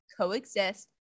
coexist